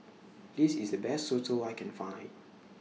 This IS The Best Soto I Can Find